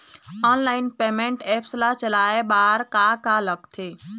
Online payment apps ला चलाए बार का का लगथे?